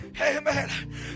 Amen